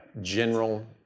general